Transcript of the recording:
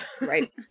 right